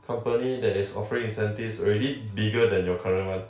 company that is offering incentives already bigger than your current one